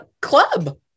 club